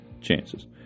chances